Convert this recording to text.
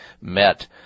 met